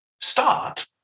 start